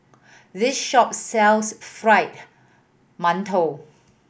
this shop sells Fried Mantou